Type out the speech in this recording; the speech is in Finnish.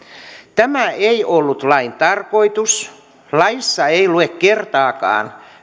tämä ei ollut lain tarkoitus laissa ei lue kertaakaan